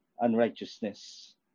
unrighteousness